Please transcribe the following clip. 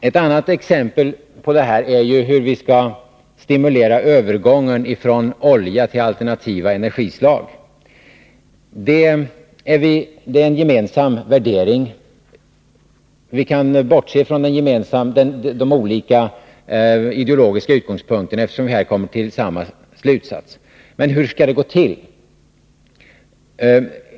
Ett annat exempel är hur vi skall stimulera övergången från olja till alternativa energislag. Det är en gemensam värdering — vi kan bortse från de olika ideologiska utgångspunkterna, eftersom vi här kommit till samma slutsats. Men hur skall det gå till?